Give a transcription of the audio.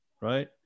Right